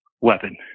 weapon